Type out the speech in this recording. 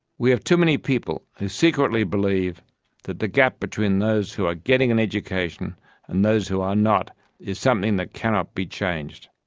we have too many people who secretly believe that the gap between those who are getting an education and those who are not is something that cannot be changed.